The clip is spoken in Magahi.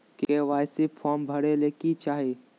के.वाई.सी फॉर्म भरे ले कि चाही?